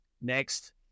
Next